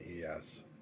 yes